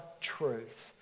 truth